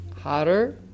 hotter